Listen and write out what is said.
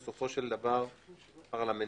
פרלמנטרית.